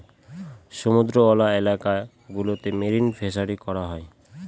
সমুদ্রওয়ালা এলাকা গুলোতে মেরিন ফিসারী করা হয়